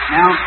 Now